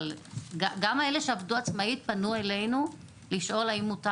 אבל גם אלה שעבדו עצמאית פנו אלינו לשאול האם מותר